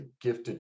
gifted